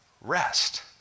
rest